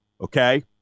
Okay